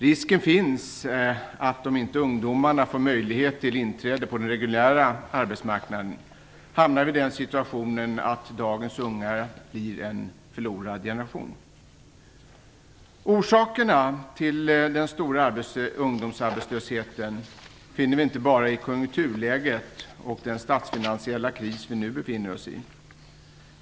Risken finns att om inte ungdomarna får möjlighet till inträde på den reguljära arbetsmarknaden hamnar vi i den situationen att dagens unga blir en "förlorad generation". Orsakerna till den stora ungdomsarbetslösheten finner vi inte bara i konjunkturläget och den statsfinansiella kris vi nu befinner oss i.